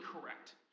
correct